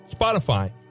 Spotify